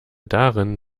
darin